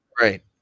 Right